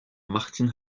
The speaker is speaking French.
martin